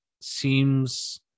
seems